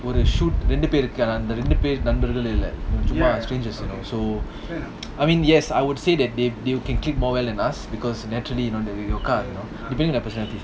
will the shoot ரெண்டுபேருக்குரெண்டுபேரு:renduperuku rendu peru strangers you know so I mean yes I would say that they they can click more well than us because naturally you know they you know depending on their personalities